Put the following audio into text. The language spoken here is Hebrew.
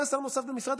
היה שר נוסף במשרד,